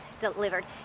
delivered